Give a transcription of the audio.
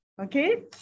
Okay